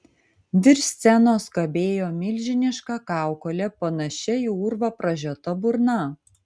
virš scenos kabėjo milžiniška kaukolė panašia į urvą pražiota burna